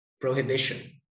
prohibition